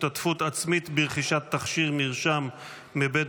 השתתפות עצמית ברכישת תכשיר מרשם מבית